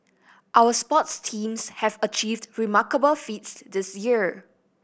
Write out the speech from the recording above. our sports teams have achieved remarkable feats this year